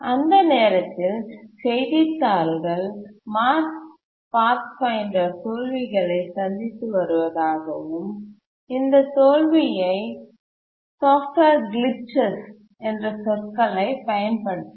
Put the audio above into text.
அந்த நேரத்தில் செய்தித்தாள்கள் மார்ச்பாத்ஃபைண்டர் தோல்விகளை சந்தித்து வருவதாகவும் இந்த தோல்வியை விவரிக்கப் சாஃப்ட்வேர் கிலிச்சஸ் என்ற சொற்களைப் பயன்படுத்தின